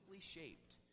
shaped